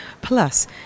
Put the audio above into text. plus